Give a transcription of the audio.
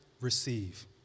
receive